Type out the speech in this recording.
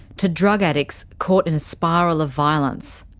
to drug addicts caught in a spiral of violence.